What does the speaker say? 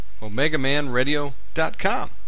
omegamanradio.com